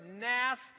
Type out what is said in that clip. nasty